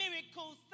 miracles